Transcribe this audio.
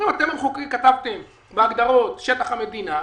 אומרים: אתם המחוקקים כתבתם בהגדרות "שטח המדינה",